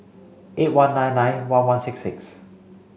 eight one nine nine one one six six